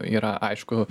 yra aišku